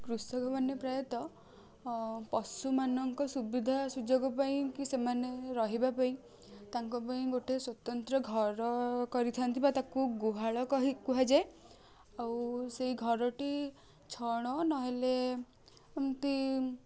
କୃଷକମାନେ ପ୍ରାୟତଃ ପଶୁମାନଙ୍କ ସୁବିଧା ସୁଯୋଗ ପାଇଁ କି ସେମାନେ ରହିବା ପାଇଁ ତାଙ୍କ ପାଇଁ ଗୋଟେ ସ୍ୱତନ୍ତ୍ର ଘର କରିଥାନ୍ତି ବା ତାକୁ ଗୁହାଳ କହି କୁହାଯାଏ ଆଉ ସେଇ ଘରଟି ଛଣ ନହେଲେ ଏମତି